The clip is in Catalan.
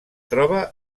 troba